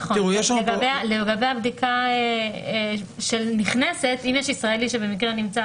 לגבי הבדיקה של הנכנסים, אם יש ישראלי שבמקרה נמצא